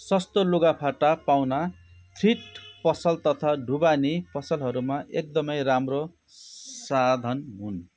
सस्तो लुगाफाटा पाउन थ्रिफ्ट पसल तथा ढुवानी पसलहरू एकदमै राम्रो साधन हुन्